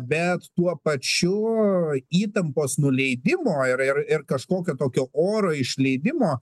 bet tuo pačiu įtampos nuleidimo ir ir ir kažkokio tokio oro išleidimo